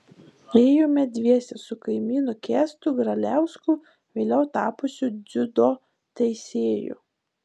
ėjome dviese su kaimynu kęstu graliausku vėliau tapusiu dziudo teisėju